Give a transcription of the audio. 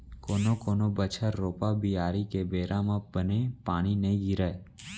कोनो कोनो बछर रोपा, बियारी के बेरा म बने पानी नइ गिरय